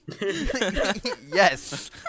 Yes